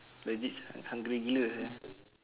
legit sia hungry gila sia